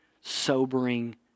sobering